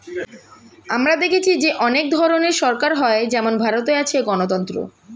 আমরা দেখেছি যে অনেক ধরনের সরকার হয় যেমন ভারতে আছে গণতন্ত্র